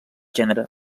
gènere